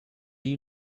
you